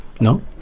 No